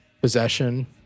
Possession